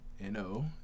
N-O